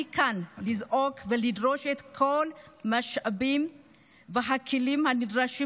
אני כאן לזעוק ולדרוש את כל המשאבים והכלים הנדרשים